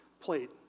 plate